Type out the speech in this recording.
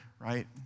right